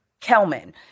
Kelman